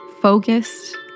Focused